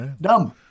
Dumb